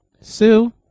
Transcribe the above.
Sue